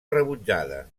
rebutjada